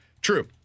True